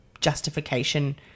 justification